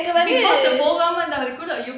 big boss போகாம இருந்தா கூட:pogaamae iruntha kooda